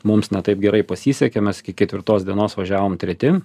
mums ne taip gerai pasisekė mes iki ketvirtos dienos važiavom treti